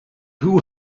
who